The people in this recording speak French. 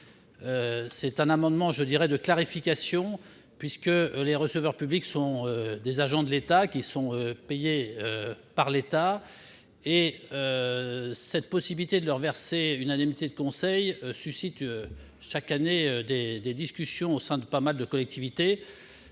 d'un amendement de clarification, puisque les receveurs publics sont des agents de l'État, payés par l'État. La possibilité de leur verser une indemnité de conseil suscite chaque année des discussions au sein d'un assez grand nombre de collectivités